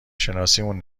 شناسیمون